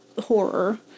horror